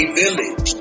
village